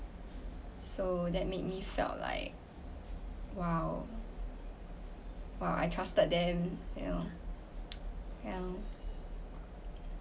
so that made me felt like !wow! !wow! I trusted them you know yeah